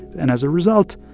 and as a result,